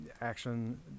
action